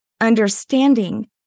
understanding